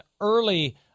early